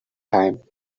time